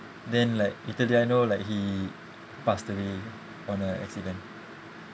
then like little did I know like he passed away on a accident